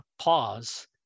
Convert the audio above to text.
pause